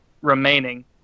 remaining